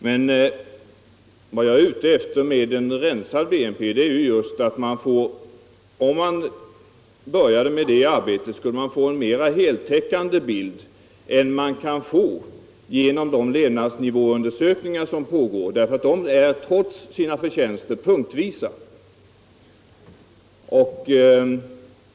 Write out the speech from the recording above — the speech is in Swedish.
Vad jag är ute efter med förslaget om en rensad BNP är emellertid just att om man började med det arbetet, skulle man få en mera heltäckande bild än man kan få genom de levnadsnivåundersökningar som pågår. Trots sina förtjänster är de punktvisa.